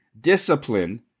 discipline